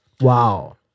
Wow